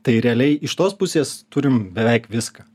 tai realiai iš tos pusės turim beveik viską